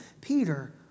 Peter